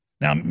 Now